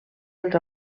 els